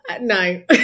No